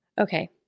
Okay